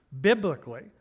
biblically